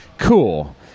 Cool